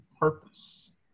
purpose